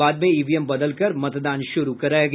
बाद में ईवीएम बदलकर मतदान शुरू कराया गया